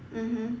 mmhmm